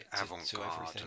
avant-garde